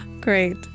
Great